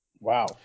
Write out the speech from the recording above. Wow